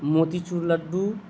موتی چور لڈو